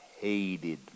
hated